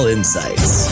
Insights